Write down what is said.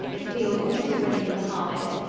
its fields almost ready for the harvest,